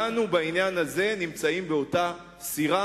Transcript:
בעניין הזה כולנו נמצאים באותה סירה,